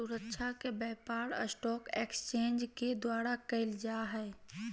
सुरक्षा के व्यापार स्टाक एक्सचेंज के द्वारा क़इल जा हइ